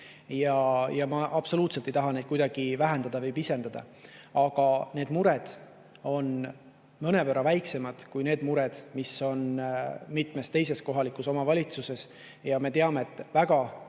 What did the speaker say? Ma absoluutselt ei taha neid muresid kuidagi vähendada või pisendada, aga need mured on mõnevõrra väiksemad kui need mured, mis on mitmes teises kohalikus omavalitsuses. Me teame, et väga